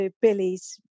Billy's